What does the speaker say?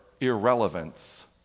irrelevance